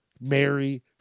Mary